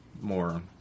more